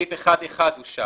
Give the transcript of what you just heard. סעיף 1(1) אושר.